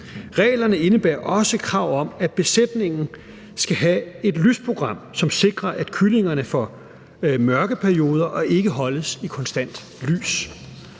Reglerne indebærer også krav om, at besætningen skal have et lysprogram, som sikrer, at kyllingerne får mørkeperioder og ikke holdes i konstant lys.